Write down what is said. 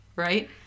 Right